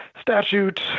statute